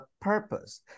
purpose